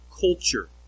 culture